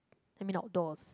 I mean outdoors